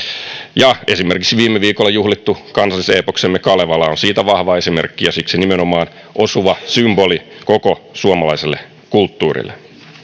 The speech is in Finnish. ja esimerkiksi viime viikolla juhlittu kansalliseepoksemme kalevala on siitä vahva esimerkki ja siksi nimenomaan osuva symboli koko suomalaiselle kulttuurille